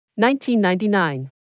1999